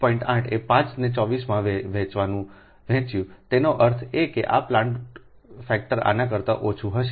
80 એ 5 ને 24 માં વહેંચ્યુંતેનો અર્થ એ કે આ પ્લાન્ટ ફેક્ટર આના કરતા ઓછું હશે